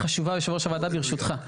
חשובה, יושב ראש הוועדה, ברשותך.